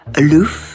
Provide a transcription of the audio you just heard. aloof